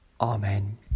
Amen